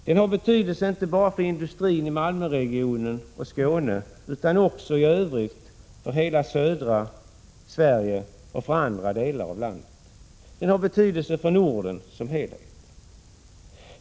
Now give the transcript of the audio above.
Den har betydelse inte bara för industrin i Malmöregionen och Skåne i övrigt utan för hela södra Sverige och även för andra delar av landet. Den har betydelse för Norden som helhet.